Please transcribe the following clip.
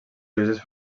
lleugers